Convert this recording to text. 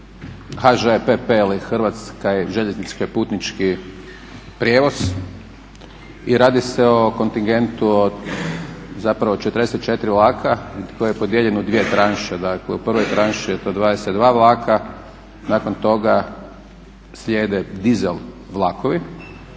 HŽ-PP ili Hrvatske željeznice-Putnički prijevoz i radi se o kontigentu od zapravo 44 vlaka koji je podijeljen u dvije tranše. Dakle u prvoj tranši je to 22 vlaka, nakon toga slijede dizel vlakovi,